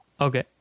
okay